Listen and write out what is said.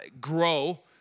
grow